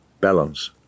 balance